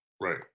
Right